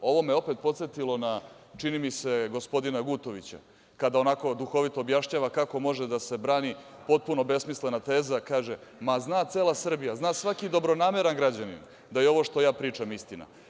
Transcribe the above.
Ovo me podsetilo na, čini mi se, gospodina Gutovića, kada onako duhovito objašnjava kako može da se brani potpuno besmislena teza, kaže - ma, zna cela Srbija, zna svaki dobronameran građanin da je ovo što ja pričam istina.